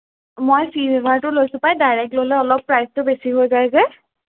মই চিলভাৰটো লৈছোঁ পায় ডাইৰেক্ট ল'লে অলপ প্ৰাইচটো বেছি হৈ যায় যে